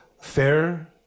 fair